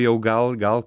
jau gal gal